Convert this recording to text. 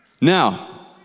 now